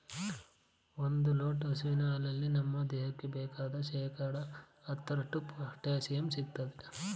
ಒಂದ್ ಲೋಟ ಹಸು ಹಾಲಲ್ಲಿ ನಮ್ ದೇಹಕ್ಕೆ ಬೇಕಾದ್ ಶೇಕಡಾ ಹತ್ತರಷ್ಟು ಪೊಟ್ಯಾಶಿಯಂ ಸಿಗ್ತದೆ